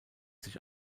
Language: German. sich